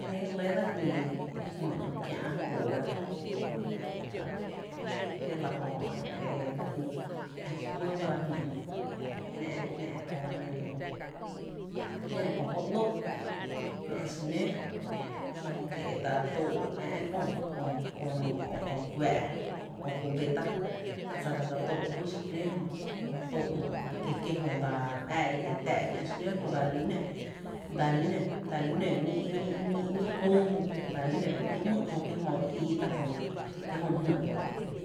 Jmí’ re lɇ dsa jñi ‘myy’ kiä’ guoora jö, kiee’ ta je lⱥ jö dsa jñi, kä xi jmýý ba dsa jñi ‘, ‘náá’ köö nɇɇ’ náá’ köö jó ‘lóó, ‘náá’ xinǿǿ, kiela’ jö dsa tóó’ ⱥ’ köö myy’ o kö ⱥ’ köö cubeta jö dsa tó’ jmý’ xinǿǿ jö, jö dsa tóó’ ‘myy’ jö, jo dsa my ⱥⱥ í’ jáaá tá’ kiä’ xinǿǿ jö dsal nǿ, dsal nǿ ñí’ ñí’ ñí’ küü jö jö ‘ñee ‘myy’ jö jö, kie’ jö my jngÿ ‘myy’.